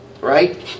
Right